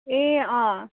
ए अँ